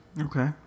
Okay